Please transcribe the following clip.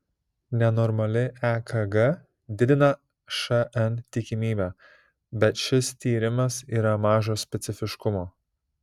nenormali ekg didina šn tikimybę bet šis tyrimas yra mažo specifiškumo